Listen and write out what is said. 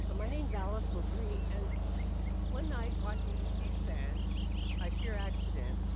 my name's alice labrie, and one night watching cspan by sheer accident.